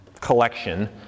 collection